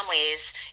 families